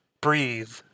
breathe